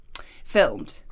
filmed